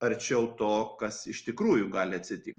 arčiau to kas iš tikrųjų gali atsitikt